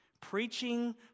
Preaching